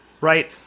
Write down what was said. Right